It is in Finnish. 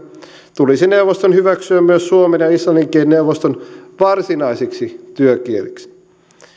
tulisi neuvoston hyväksyä myös suomen ja islannin kieli neuvoston varsinaisiksi työkieliksi